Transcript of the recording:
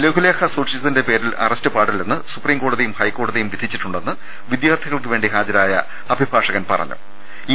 ലഘുലേഖ സൂക്ഷിച്ചതിന്റെ പേരിൽ അറസ്റ്റ് പാടില്ലെന്ന് സുപ്രീം കോടതിയും ഹൈക്കോടതിയും വിധിച്ചിട്ടുണ്ടെന്ന് വിദ്യാർത്ഥികൾക്കുവേണ്ടി ഹാജ രായ അഭിഭാഷകൻ പറഞ്ഞു